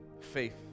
faith